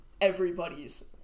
everybody's